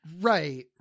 Right